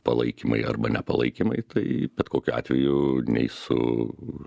palaikymai arba nepalaikymai tai bet kokiu atveju nei su